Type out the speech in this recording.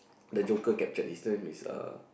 the Joker captured his name is uh